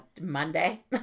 Monday